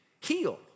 Heal